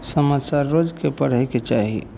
समाचार रोजके पढ़ैके चाही